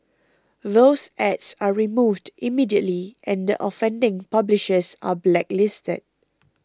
those ads are removed immediately and the offending publishers are blacklisted